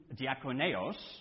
diakoneos